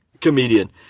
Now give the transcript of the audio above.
comedian